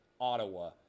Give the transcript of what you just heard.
Ottawa